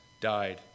died